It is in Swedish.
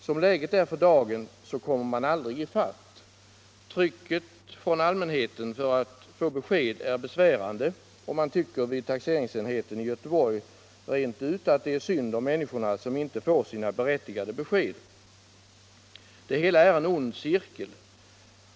Som läget är för dagen kommer man aldrig i fatt! Trycket från allmänheten för att få besked är besvärande och man tycker vid taxeringsenheten i Göteborg rent ut att det är synd om människorna, som inte får sina berättigade besked. Det hela är en ond cirkel!